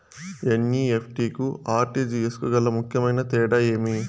NEFT కు RTGS కు గల ముఖ్యమైన తేడా ఏమి?